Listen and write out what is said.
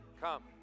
Come